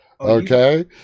Okay